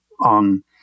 on